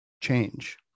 change